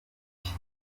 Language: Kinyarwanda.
iki